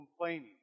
complaining